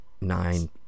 nine